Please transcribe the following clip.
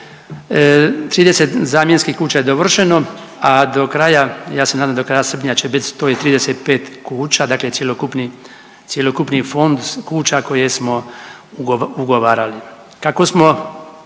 30 zamjenskih kuća je dovršeno, a do kraja, ja se nadam do kraja srpnja će biti 135 kuća, dakle cjelokupni, cjelokupni fond kuća koje smo ugovarali.